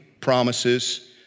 promises